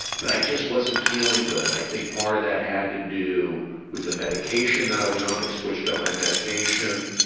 but i just wasn't feeling good. and i think part of that had to do with the medication i was on. they switched up my medication.